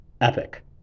epic